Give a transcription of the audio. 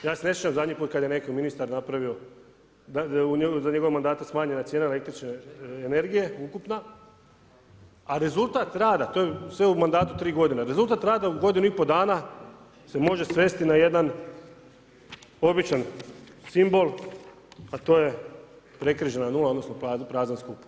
Ja se ne sjećam zadnji put kad je neki ministar napravio da je za njegovog mandata smanjena cijela električne energije ukupna, a rezultat rada, to je sve u mandatu 3 godine, rezultat rada u godinu i pol dan se može svesti na jedan običan simbol, a to je prekrižena nula, odnosno prazan skup.